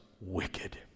wicked